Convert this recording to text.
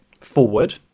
forward